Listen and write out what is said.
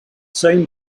same